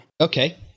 Okay